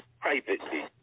privately